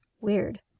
Weird